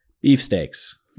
Beefsteaks